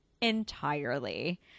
entirely